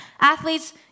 athletes